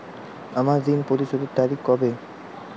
আমার ঋণ পরিশোধের তারিখ কবে?